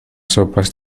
sopas